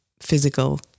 physical